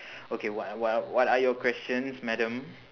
okay what are what what are your questions madam